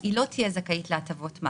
היא לא תהיה זכאית להטבות מס